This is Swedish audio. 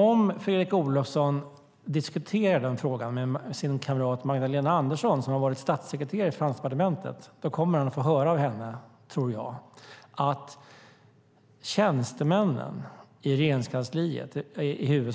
Om Fredrik Olovsson diskuterar den frågan med sin kamrat Magdalena Andersson, som har varit statssekreterare i Finansdepartementet, tror jag att han kommer att få höra av henne att tjänstemännen